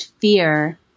fear